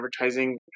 advertising